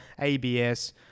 ABS